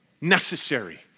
necessary